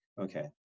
Okay